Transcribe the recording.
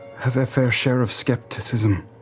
have a fair share of skepticism